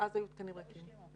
ואז היו תקנים ריקים.